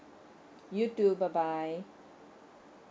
you too bye bye